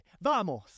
VAMOS